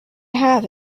have